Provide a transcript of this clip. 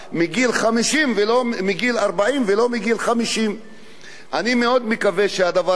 מגיל 40 ולא מגיל 50. אני מאוד מקווה שהדבר הזה גם כן יגיע,